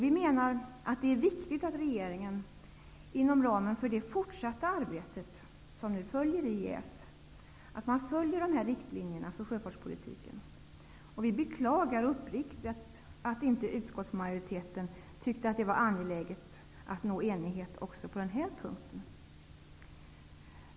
Vi menar att det är viktigt att regeringen inom ramen för det fortsatta arbetet inom EES följer de här riktlinjerna för sjöfartspolitiken. Vi beklagar uppriktigt att inte utskottsmajoriteten tyckte att det var angeläget att nå enighet också på den punkten.